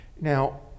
Now